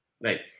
Right